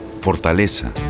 Fortaleza